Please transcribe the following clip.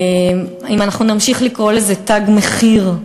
שאם אנחנו נמשיך לקרוא לזה "תג מחיר",